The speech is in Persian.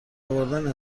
آوردن